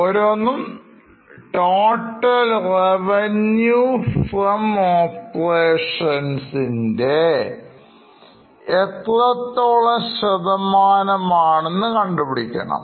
ഓരോന്നും total revenue from operations ൻറെ എത്രത്തോളം ശതമാനമാണെന്ന്കണ്ടുപിടിക്കണം